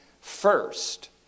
First